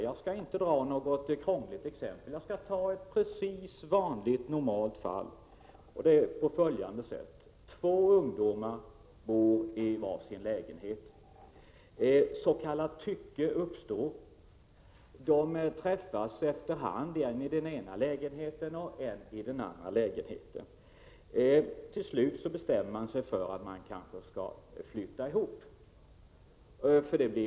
Jag skall inte välja något krångligt exempel utan ett vanligt och normalt fall. Två ungdomar bor i var sin lägenhet. S. k. tycke uppstår. De träffas efter hand än i den ena, än i den andra lägenheten. Till slut bestämmer de sig för att flytta ihop.